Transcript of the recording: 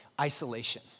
isolation